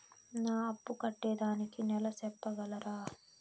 నా అప్పు కట్టేదానికి నెల సెప్పగలరా?